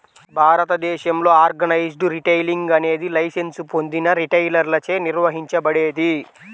భారతదేశంలో organised retailing అనేది licence పొందిన రిటైలర్లచే నిర్వహించబడేది